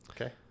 Okay